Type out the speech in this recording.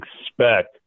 expect